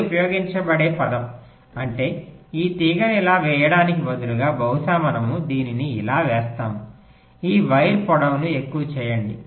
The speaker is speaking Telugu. ఇది ఉపయోగించబడే పదం అంటే ఈ తీగను ఇలా వేయడానికి బదులుగా బహుశా మనము దీనిని ఇలా వేస్తాము ఈ వైర్ పొడవును ఎక్కువ చేయండి